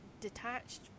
detached